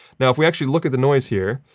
now, if we actually look at the noise here,